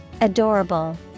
Adorable